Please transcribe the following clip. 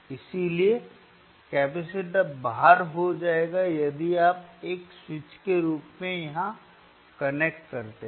इसलिए कैपेसिटर बाहर हो जाएगा यदि आप एक स्विच के रूप में यहां कनेक्ट करते हैं